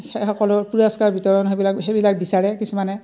সেই সকলো পুৰস্কাৰ বিতৰণ সেইবিলাক সেইবিলাক বিচাৰে কিছুমানে